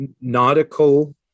nautical